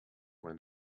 when